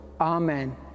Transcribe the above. Amen